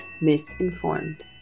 misinformed